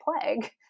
plague